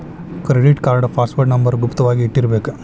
credit card password number ಗುಪ್ತ ವಾಗಿ ಇಟ್ಟಿರ್ಬೇಕ